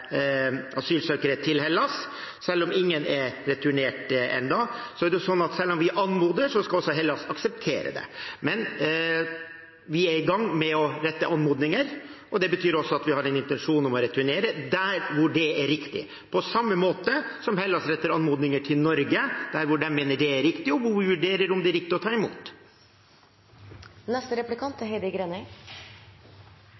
asylsøkere til Hellas, selv om ingen er returnert ennå. Og selv om vi anmoder, skal Hellas akseptere. Men vi er i gang med å rette anmodninger, og det betyr at vi har en intensjon om å returnere der det er riktig, på samme måte som Hellas retter anmodninger til Norge når de mener det er riktig, og vi vurderer om det er riktig å ta imot.